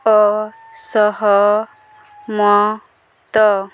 ଅସହମତ